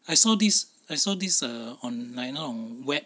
I saw this I saw this uh online on web